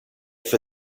for